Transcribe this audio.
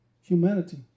Humanity